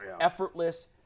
Effortless